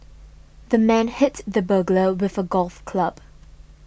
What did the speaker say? the man hit the burglar with a golf club